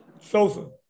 Sosa